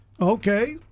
Okay